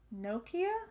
Nokia